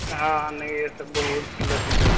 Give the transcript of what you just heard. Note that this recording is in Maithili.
हँ नहि इसब बहुत खुजलो छै तऽ